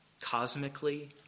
Cosmically